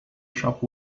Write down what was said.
shop